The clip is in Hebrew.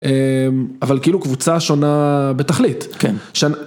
אבל כאילו קבוצה שונה בתכלית.